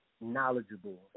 knowledgeable